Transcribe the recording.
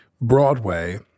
Broadway